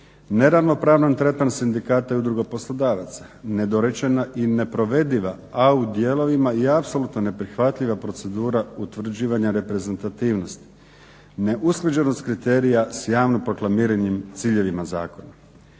Neravnopravan tretman sindikata i Udruga poslodavaca, nedorečena i neprovediva a u dijelovima i apsolutno neprihvatljiva procedura utvrđivanja reprezentativnosti, neusklađenost kriterija sa javno proklamiranim ciljevima zakona.